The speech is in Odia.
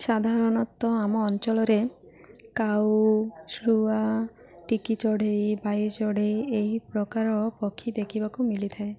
ସାଧାରଣତଃ ଆମ ଅଞ୍ଚଳରେ କାଉ ଶୁଆ ଟିକି ଚଢ଼େଇ ବାଇଚଢ଼େଇ ଏହି ପ୍ରକାର ପକ୍ଷୀ ଦେଖିବାକୁ ମିଳିଥାଏ